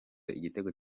igitego